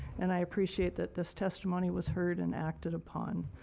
and i appreciate that this testimony was heard and acted upon.